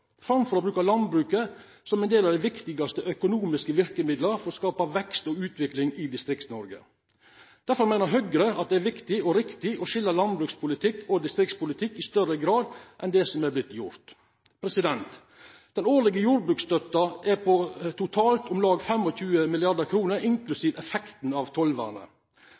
å bruka landbruket som ein del av dei viktigaste økonomiske verkemidla for å skapa vekst og utvikling i Distrikts-Noreg. Difor meiner Høgre det er viktig og riktig å skilja landbrukspolitikk og distriktspolitikk i større grad enn det som er vorte gjort. Den årlege jordbruksstøtta er totalt på om lag 25 mrd. kr, inklusiv effekten av